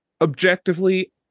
Objectively